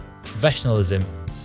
professionalism